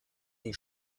die